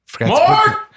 Mark